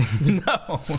No